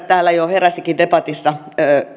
täällä jo heräsikin debatissa